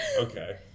okay